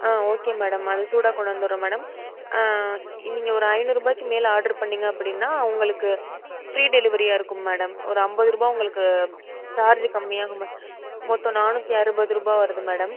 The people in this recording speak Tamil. ஆ ஓகே மேடம் அதை சூடாக கொண்டாந்துடுறோம் மேடம் நீங்கள் ஒரு ஐந்நூறுரூபாய்க்கு மேலே ஆடர் பண்ணீங்க அப்படின்னா உங்களுக்கு ஃப்ரீ டெலிவரியாக இருக்கும் மேடம் ஒரு ஐம்பது ரூபாய் உங்களுக்கு சார்ஜு கம்மியாகும் மொத்தம் நானூற்று அறுபது ரூபாய் வருது மேடம்